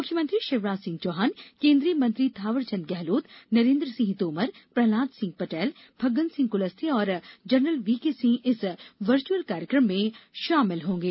मुख्यमंत्री शिवराज सिंह चौहान केंद्रीय मंत्री थावरचंद गहलोत नरेन्द्र सिंह तोमर प्रहलाद सिंह पटेल फग्गन सिंह कुलस्ते और जनरल वीके सिंह इस वर्चुअल कार्यक्रम में शामिल होंगे